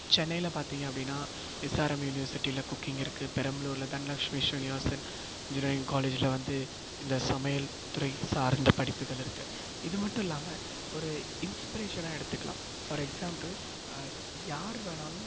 சென்னையில் பார்த்தீங்க அப்படின்னா எஸ் ஆர் எம் யூனிவர்சிட்டியில் குக்கிங் இருக்குது பெரம்பலூரில் தனலக்ஷ்மி ஸ்ரீனிவாசன் இன்ஜினியரிங் காலேஜில் வந்து இந்த சமையல் துறைக்கு சார்ந்த படிப்புகள் இருக்குது இது மட்டும் இல்லாமல் ஒரு இன்ஸ்பிரேஷனா எடுத்துக்கலாம் ஃபார் எக்ஸாம்பிள் யார் வேணுனாலும்